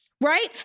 right